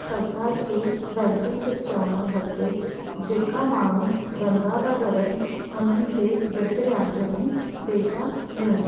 सरकार खे बेंकुनि खे चवणु खपे जेका माण्हू धंदा था कनि हुननि खे घटि व्याज में पैसा ॾियनि